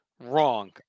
Wrong